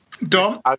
Dom